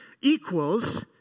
equals